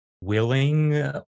willing